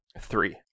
Three